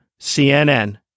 CNN